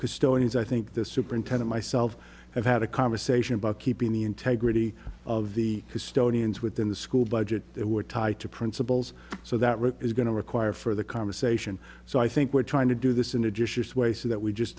custodians i think the superintendent myself have had a conversation about keeping the integrity of the custodian is within the school budget they were tied to principals so that is going to require further conversation so i think we're trying to do this in a dish is way so that we just